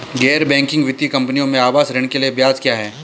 गैर बैंकिंग वित्तीय कंपनियों में आवास ऋण के लिए ब्याज क्या है?